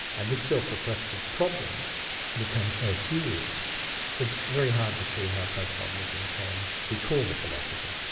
and this self-reflexive problem becomes so serious that it's very hard to see how postmodernism can be called a philosophy.